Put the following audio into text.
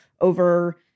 over